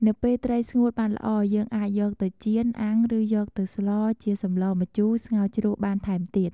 នៅពេលត្រីស្ងួតបានល្អយើងអាចយកទៅចៀន អាំងឬយកទៅស្លជាសម្លម្ជូរ ស្ងោរជ្រក់បានថែមទៀត។